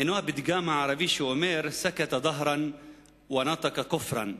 הוא הפתגם הערבי: סכת ט'הראן ונטק כפראן,